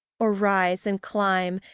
or rise and climb,